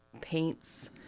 paints